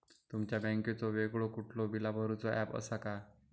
तुमच्या बँकेचो वेगळो कुठलो बिला भरूचो ऍप असा काय?